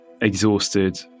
exhausted